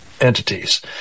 entities